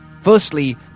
Firstly